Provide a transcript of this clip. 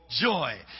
joy